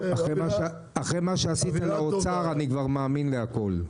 טוב אחרי מה שעשית לאוצר אני כבר מאמין להכל.